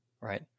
right